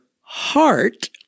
heart